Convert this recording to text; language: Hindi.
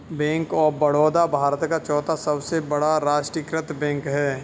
बैंक ऑफ बड़ौदा भारत का चौथा सबसे बड़ा राष्ट्रीयकृत बैंक है